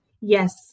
Yes